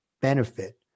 benefit